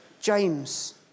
James